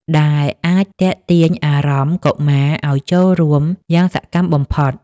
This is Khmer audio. ដែលអាចទាក់ទាញអារម្មណ៍កុមារឱ្យចូលរួមយ៉ាងសកម្មបំផុត។